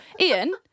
Ian